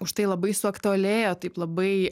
užtai labai suaktualėjo taip labai